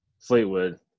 Fleetwood